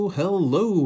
hello